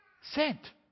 Sent